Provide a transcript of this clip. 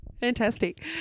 fantastic